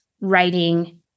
writing